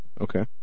Okay